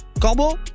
Corbeau